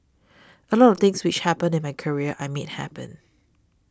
a lot of things which happened in my career I made happen